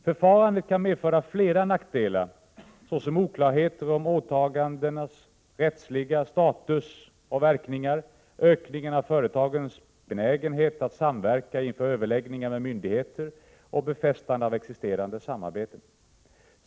Förfarandet kan medföra flera nackdelar, såsom oklarheter om åtagandenas rättsliga status och verkningar, ökningen av företagens benägenhet att samverka inför överläggningar med myndigheter och befästande av existerande samarbeten.